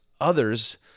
others